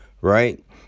right